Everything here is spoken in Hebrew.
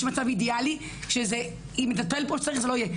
יש מצב אידיאלי שאם נטפל בו זה לא יהיה.